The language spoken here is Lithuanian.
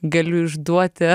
galiu išduoti